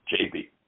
JB